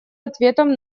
ответом